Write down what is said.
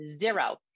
Zero